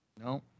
No